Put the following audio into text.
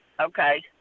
Okay